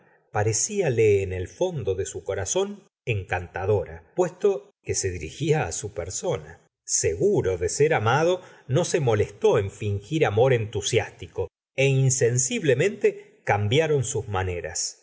ale en el fondo de su corazón encantadora puesto que se dirigía su persona seguro de ser amado no se molesté en fingir amor entusiástico é insensiblemente cambiaron sus maneras